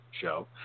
show